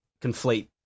conflate